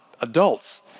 adults